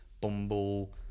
Bumble